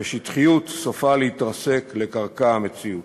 ושטחיות סופה להתרסק לקרקע המציאות.